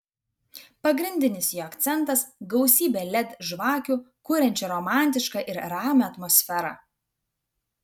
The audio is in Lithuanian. pagrindinis jo akcentas gausybė led žvakių kuriančių romantišką ir ramią atmosferą